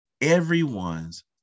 everyone's